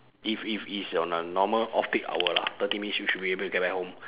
if if it's on a normal off peak hour lah thirty minutes you should be able to get back home